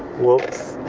whoops.